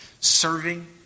serving